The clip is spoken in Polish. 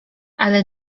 ale